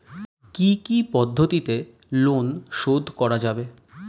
কি কি পদ্ধতিতে লোন শোধ করা যাবে?